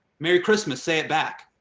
merry christmas, say it back.